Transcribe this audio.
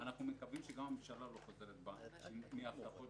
מקווים שגם הממשלה לא חוזרת בה מההבטחות